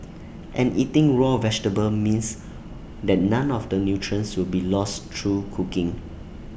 and eating raw vegetable means that none of the nutrients will be lost through cooking